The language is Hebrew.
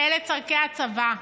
אלה צורכי הצבא.